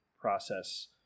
process